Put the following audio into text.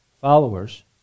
followers